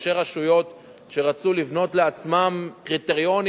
ראשי רשויות שרצו לבנות לעצמם קריטריונים